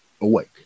awake